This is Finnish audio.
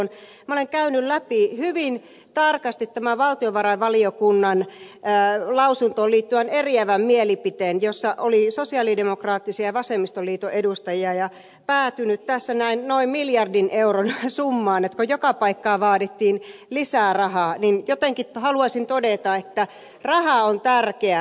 minä olen käynyt läpi hyvin tarkasti tämän valtiovarainvaliokunnan lausuntoon liittyvän eriävän mielipiteen jossa oli sosialidemokraattisia ja vasemmistoliiton edustajia ja päätynyt tässä noin miljardin euron summaan niin että kun joka paikkaan vaadittiin lisää rahaa niin jotenkin haluaisin todeta että raha on tärkeä